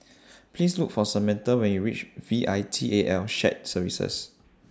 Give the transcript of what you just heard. Please Look For Samantha when YOU REACH V I T A L Shared Services